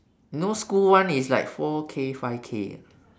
no school one is like four K five K ah